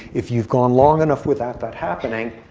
if you've gone long enough without that happening,